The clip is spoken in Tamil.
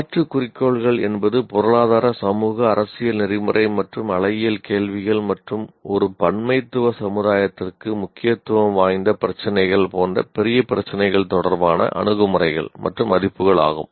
மாற்று குறிக்கோள்கள் என்பது பொருளாதார சமூக அரசியல் நெறிமுறை மற்றும் அழகியல் கேள்விகள் மற்றும் ஒரு பன்மைத்துவ சமுதாயத்திற்கு முக்கியத்துவம் வாய்ந்த பிரச்சினைகள் போன்ற பெரிய பிரச்சினைகள் தொடர்பான அணுகுமுறைகள் மற்றும் மதிப்புகள் ஆகும்